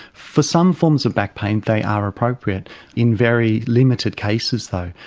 for some forms of back pain they are appropriate in very limited cases though.